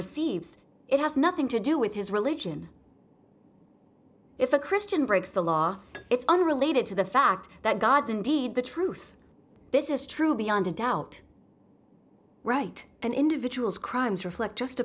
receives it has nothing to do with his religion if a christian breaks the law it's unrelated to the fact that god is indeed the truth this is true beyond a doubt right an individual's crimes reflect